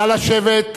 נא לשבת,